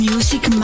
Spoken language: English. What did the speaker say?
Music